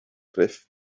gruff